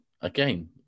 again